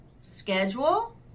schedule